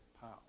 power